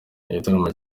igitaramo